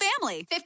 family